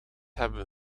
hebben